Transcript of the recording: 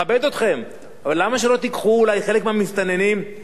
אבל למה שלא תיקחו אולי חלק מהמסתננים לשכונה שלכם?